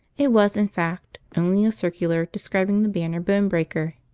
it was in fact only a circular describing the banner bone breaker.